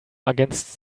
against